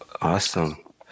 Awesome